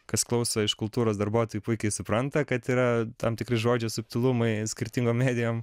kas klauso iš kultūros darbuotojų puikiai supranta kad yra tam tikri žodžių subtilumai skirtingom medijom